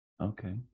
Okay